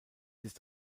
ist